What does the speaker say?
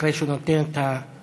אחרי שהוא נותן את המרשם,